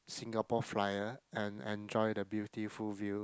Singapore Flyer and enjoy the beautiful view